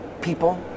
people